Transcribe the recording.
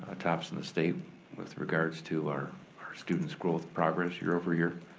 ah tops in the state with regards to our our students' growth progress year over year.